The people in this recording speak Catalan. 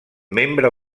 membre